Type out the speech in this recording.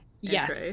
yes